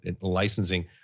licensing